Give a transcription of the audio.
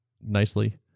nicely